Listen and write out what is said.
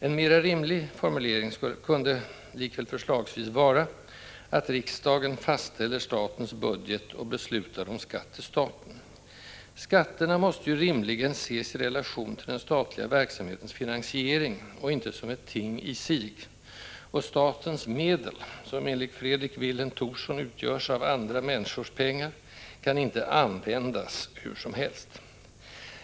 En mera rimlig formulering kunde likväl förslagsvis vara: ”riksdagen fastställer statens budget och beslutar om skatt till staten”. Skatterna måste rimligen ses i relation till den statliga verksamhetens finansiering och inte som ett ting i sig, och statens medel — som enligt Fredrik Vilhelm Thorsson utgörs av ”andra människors pengar” — kan inte användas hur som helst.